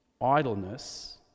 idleness